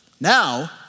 Now